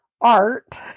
art